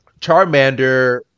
Charmander